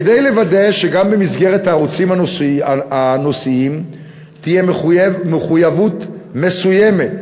כדי לוודא שגם במסגרת הערוצים הנושאיים תהיה מחויבות מסוימת,